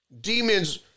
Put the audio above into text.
demons